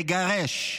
לגרש.